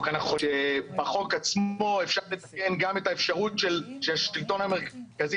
בחוק עצמו אפשר לתקן גם את האפשרות של השלטון המרכזי.